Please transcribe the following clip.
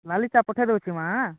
ଲାଲି ଚାହା ପଠେଇ ଦେଉଛି ମା' ଆଁ